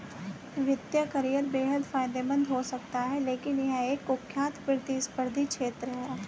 वित्तीय करियर बेहद फायदेमंद हो सकता है लेकिन यह एक कुख्यात प्रतिस्पर्धी क्षेत्र है